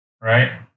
right